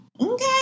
okay